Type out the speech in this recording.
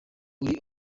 uri